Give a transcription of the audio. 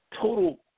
total